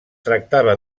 tractava